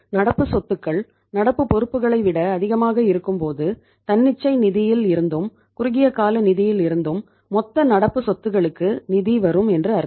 நடப்பு சொத்துக்கள் நடப்பு பொறுப்புகளை விட அதிகமாக இருக்கும்போது தன்னிச்சை நிதியில் இருந்தும் குறுகியகால நிதியில் இருந்தும் மொத்த நடப்பு சொத்துக்களுக்கு நிதி வரும் என்று அர்த்தம்